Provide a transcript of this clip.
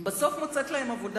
ובסוף מוצאת להם עבודה.